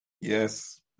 Yes